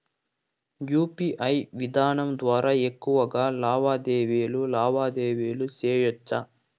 UPI విధానం ద్వారా ఎక్కువగా లావాదేవీలు లావాదేవీలు సేయొచ్చా?